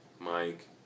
Mike